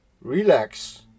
relax